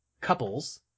couples